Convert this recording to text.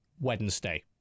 Wednesday